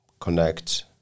connect